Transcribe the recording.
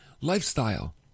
lifestyle